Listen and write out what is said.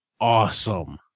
awesome